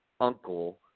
uncle